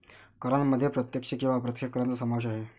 करांमध्ये प्रत्यक्ष किंवा अप्रत्यक्ष करांचा समावेश आहे